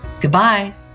Goodbye